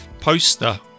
poster